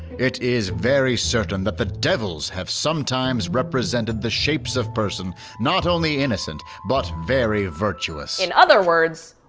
it is very certain that the devils have sometimes represented the shapes of person not only innocent but very virtuous in other words,